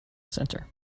centre